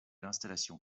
l’installation